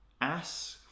Ask